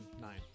nine